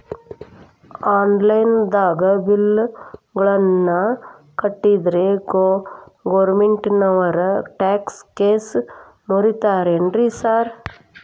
Online ದಾಗ bill ಗಳನ್ನಾ ಕಟ್ಟದ್ರೆ ಗೋರ್ಮೆಂಟಿನೋರ್ ಟ್ಯಾಕ್ಸ್ ಗೇಸ್ ಮುರೇತಾರೆನ್ರಿ ಸಾರ್?